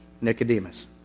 Nicodemus